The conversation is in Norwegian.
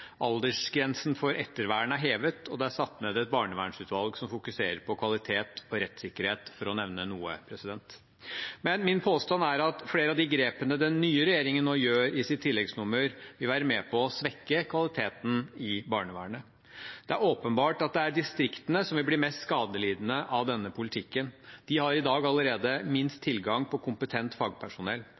aldersgrensen for ettervern er hevet, og det er satt ned et barnevernsutvalg som fokuserer på kvalitet og rettssikkerhet, for å nevne noe. Min påstand er at flere av de grepene den nye regjeringen nå tar i sin tilleggsproposisjon, vil være med på å svekke kvaliteten i barnevernet. Det er åpenbart at det er distriktene som vil bli mest skadelidende av denne politikken. De har i dag allerede minst tilgang på kompetent fagpersonell.